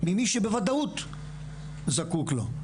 ממי שבוודאות זקוק לו,